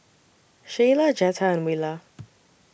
Shayla Jetta and Willa